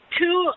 two